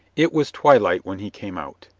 it was twilight when he came out.